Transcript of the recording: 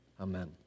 Amen